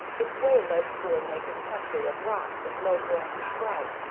its way led through a naked country of rocks and low-growing scrub,